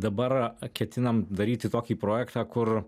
dabar ketinam daryti kokį projektą kur